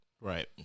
Right